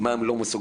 מה הם לא מסוגלים.